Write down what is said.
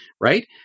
right